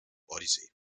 odyssee